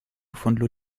von